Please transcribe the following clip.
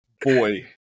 Boy